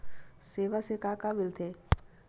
सेवा से का का मिलथे?